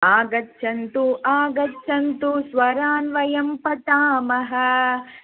आगच्छन्तु आगच्छन्तु स्वरान् वयं पठामः